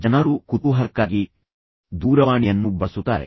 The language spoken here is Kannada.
ಜನರು ಕುತೂಹಲಕ್ಕಾಗಿ ದೂರವಾಣಿಯನ್ನೂ ಬಳಸುತ್ತಾರೆ